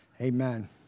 Amen